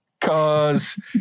Cause